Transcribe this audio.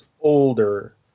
older